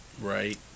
Right